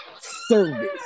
service